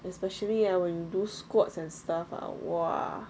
especially ah when you do squats and stuff ah !wah!